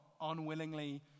unwillingly